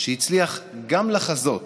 שהצליח גם לחזות